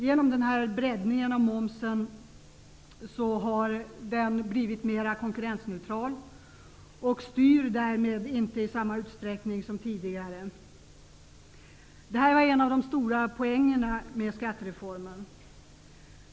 Genom den här breddningen av momsen har denna blivit mera konkurrensneutral och styr därmed inte i samma utsträckning som tidigare. Det här var en stor poäng med skattereformen.